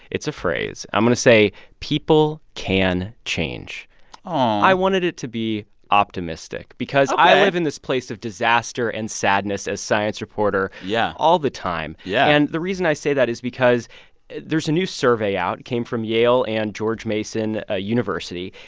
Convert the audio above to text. it's a phrase. i'm going to say people can change aww i wanted it to be optimistic. ok. because i live in this place of disaster and sadness as science reporter. yeah. all the time yeah and the reason i say that is because there's a new survey out. it came from yale and george mason ah university.